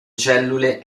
cellule